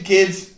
Kids